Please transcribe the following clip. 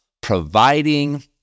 providing